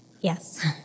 Yes